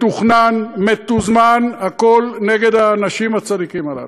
מתוכנן, מתוזמן, הכול נגד האנשים הצדיקים הללו,